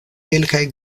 kelkaj